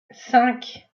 cinq